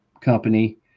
company